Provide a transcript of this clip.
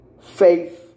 faith